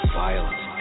violence